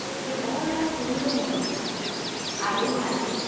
you all have seen the movie iron man